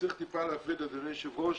שצריך טיפה להפריד, אדוני היושב ראש,